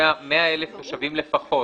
שבתחומה 100,000 תושבים לפחות